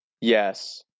Yes